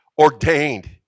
ordained